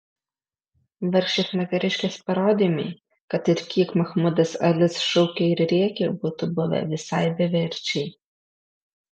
vargšės moteriškės parodymai kad ir kiek mahmudas alis šaukė ir rėkė būtų buvę visai beverčiai